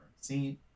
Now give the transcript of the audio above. See